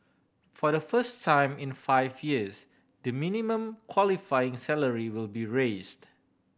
for the first time in five years the minimum qualifying salary will be raised